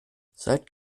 seit